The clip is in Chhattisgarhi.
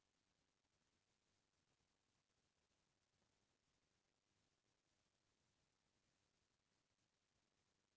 चमड़ा ले कतको परकार के जिनिस बनाए के काम पीढ़ी दर पीढ़ी पईकहा समाज के काम रहिथे